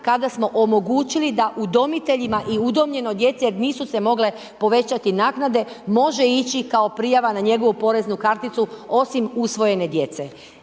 kada smo omogućili da udomiteljima i udomljenoj djeci, jer nisu se mogle povećati naknade, može ići kao prijava na njegovu poreznu karticu, osim usvojene djece.